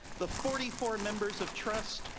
the forty four members of trust,